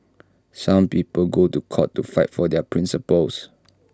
some people go to court to fight for their principles